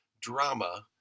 drama